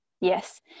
yes